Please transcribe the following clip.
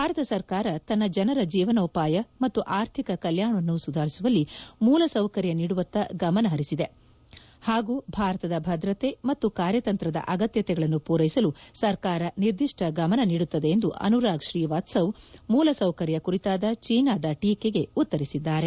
ಭಾರತ ಸರ್ಕಾರ ತನ್ನ ಜನರ ಜೀವನೋಪಾಯ ಮತ್ತು ಆರ್ಥಿಕ ಕಲ್ಯಾಣವನ್ನು ಸುಧಾರಿಸುವಲ್ಲಿ ಮೂಲಸೌಕರ್ಯ ನೀಡುವತ್ತ ಗಮನಹರಿಸಲಿದೆ ಹಾಗೂ ಭಾರತದ ಭದ್ರತೆ ಮತ್ತು ಕಾರ್ಯತಂತ್ರದ ಅಗತ್ಯತೆಗಳನ್ನು ಪೂರೈಸಲು ಸರ್ಕಾರ ನಿರ್ದಿಷ್ಟ ಗಮನ ನೀಡುತ್ತದೆ ಎಂದು ಅನುರಾಗ್ ಶ್ರೀವಾತ್ಸವ್ ಮೂಲ ಸೌಕರ್ಯ ಕುರಿತಾದ ಚೀನಾದ ಟೀಕೆಗೆ ಉತ್ತರಿಸಿದ್ದಾರೆ